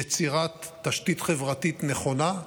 יצירת תשתית חברתית נכונה.